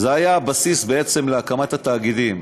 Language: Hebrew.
זה היה הבסיס בעצם להקמת התאגידים.